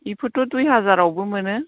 बेफोरथ' दुइ हाजारावबो मोनो